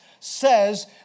says